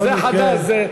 זה חדש.